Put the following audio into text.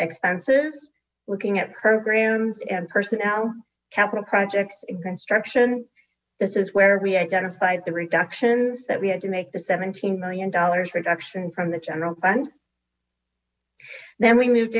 expenses looking at programs and personnel capital projects in construction this is where we identified the reductions that we had to make the seventeen million dollars reduction from the general fund then we moved